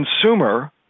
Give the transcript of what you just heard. consumer